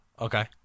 Okay